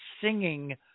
singing